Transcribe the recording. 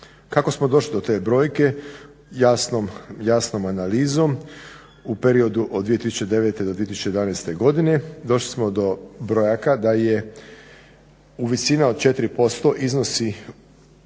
Kako samo došli do te brojke? Jasnom analizom u periodu od 2009.do 2011.godine došli smo do brojaka da je u visini od 4% iznosi